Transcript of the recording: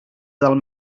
del